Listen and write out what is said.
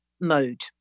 mode